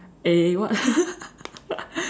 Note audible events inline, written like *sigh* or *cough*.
eh what *laughs*